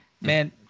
Man